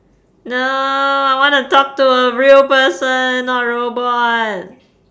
no I wanna talk to a real person not robot